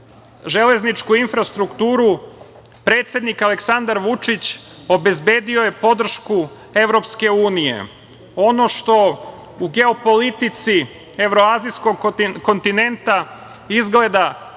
železničku infrastrukturu predsednik Aleksandar Vučić, obezbedio je podršku EU.Ono što u geopolitici evroazijskog kontinenta izgleda